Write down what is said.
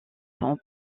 sont